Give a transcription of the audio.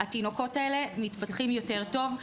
התינוקות האלה מתפתחים יותר טוב,